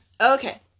Okay